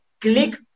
click